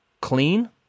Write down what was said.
clean